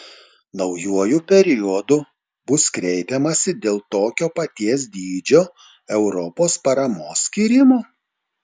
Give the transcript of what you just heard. naujuoju periodu bus kreipiamasi dėl tokio paties dydžio europos paramos skyrimo